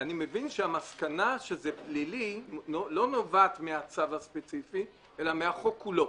אני מבין שהמסקנה שזה פלילי לא נובעת מהצו הספציפי אלא מהחוק כולו.